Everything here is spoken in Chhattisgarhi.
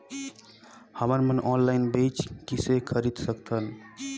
हमन मन ऑनलाइन बीज किसे खरीद सकथन?